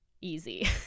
easy